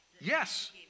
Yes